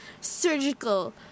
surgical